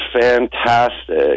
fantastic